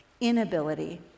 inability